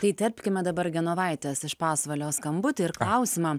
tai įterpkime dabar genovaitės iš pasvalio skambutį ir klausimą